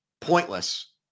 Pointless